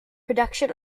production